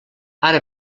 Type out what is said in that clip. ara